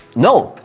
no,